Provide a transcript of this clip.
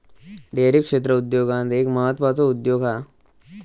dairy क्षेत्र उद्योगांत एक म्हत्त्वाचो उद्योग हा